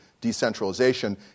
decentralization